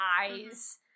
eyes